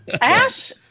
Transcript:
ash